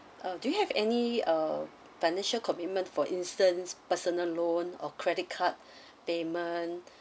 ah do you have any uh financial commitment for instance personal loan or credit card payment